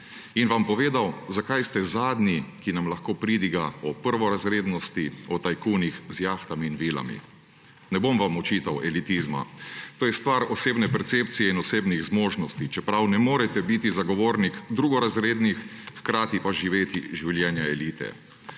in vam povedal, zakaj ste zadnji, ki nam lahko pridiga o prvorazrednosti, o tajkunih z jahtami in vilami. Ne bom vam očital elitizma, to je stvar osebne percepcije in osebnih zmožnosti, čeprav ne morete biti zagovornik drugorazrednih, hkrati pa živeti življenje elite.